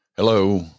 Hello